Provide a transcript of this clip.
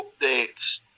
updates